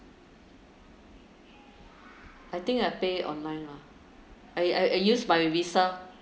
I think I pay online lah I I I use my visa